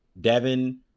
Devin